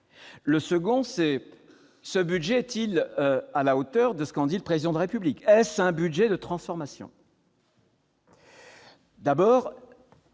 ? Deuxièmement, ce budget est-il à la hauteur de ce qu'en dit le Président de la République ? Est-ce un budget de transformation ? Pour